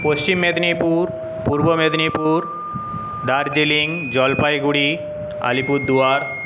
পশ্চিম মেদিনীপুর পূর্ব মেদিনীপুর দার্জিলিং জলপাইগুড়ি আলিপুরদুয়ার